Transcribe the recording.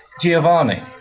Giovanni